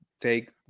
take